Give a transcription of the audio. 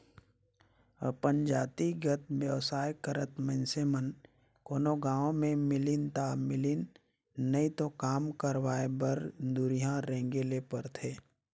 अपन जातिगत बेवसाय करत मइनसे मन कोनो गाँव में मिलिन ता मिलिन नई तो काम करवाय बर दुरिहां रेंगें ले परथे